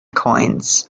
coins